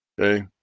okay